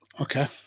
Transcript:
Okay